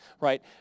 Right